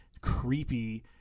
creepy